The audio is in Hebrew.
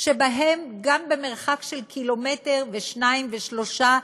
שבהן גם במרחק של קילומטר, שניים או שלושה,